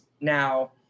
Now